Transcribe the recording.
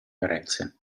carenze